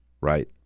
right